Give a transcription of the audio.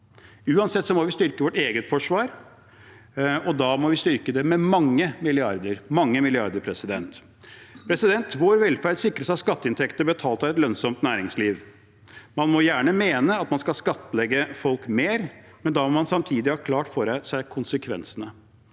Uansett må vi styrke vårt eget forsvar, og da må vi styrke det med mange milliarder. Vår velferd sikres av skatteinntekter betalt av et lønnsomt næringsliv. Man må gjerne mene at man skal skattlegge folk mer, men da må man samtidig ha konsekvensene